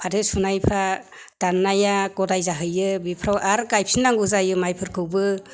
फाथो सुनायफोरा दाननाया गदाय जाहैयो बेफोराव आरो गायफिननांगौ जायो माइफोरखौबो